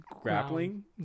grappling